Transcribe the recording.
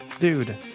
Dude